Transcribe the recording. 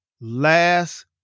last